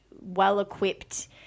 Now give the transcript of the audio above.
well-equipped